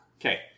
Okay